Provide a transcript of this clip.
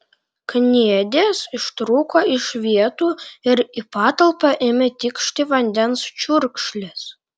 kniedės ištrūko iš vietų ir į patalpą ėmė tikšti vandens čiurkšlės